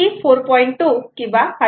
2 किंवा 5